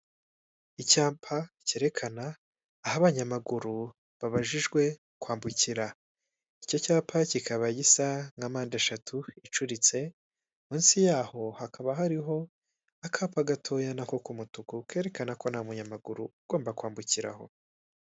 Icyapa cyerekana aho abanyamaguru babujijwe kwambukira, Icyo cyapa kikaba gisa nka mpandeshatu icuritse; munsi yaho hakaba hariho akapa gatoya na ko k'umutuku kerekana ko nta munyamaguru ugomba kwambukira aho.